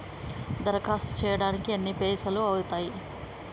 దరఖాస్తు చేయడానికి ఎన్ని పైసలు అవుతయీ?